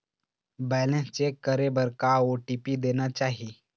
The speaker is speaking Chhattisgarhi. बैलेंस चेक करे बर का ओ.टी.पी देना चाही?